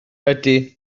ydy